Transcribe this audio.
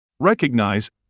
Recognize